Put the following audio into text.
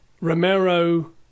Romero